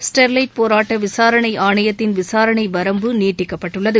Sterlite போராட்ட விசாரணை ஆணையத்தின் விசாரணை வரம்பு நீட்டிக்கப்பட்டுள்ளது